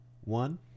one